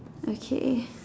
okay